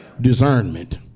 discernment